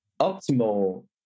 optimal